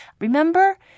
remember